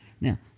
Now